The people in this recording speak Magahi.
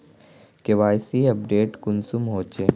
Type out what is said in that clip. के.वाई.सी अपडेट कुंसम होचे?